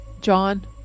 John